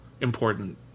important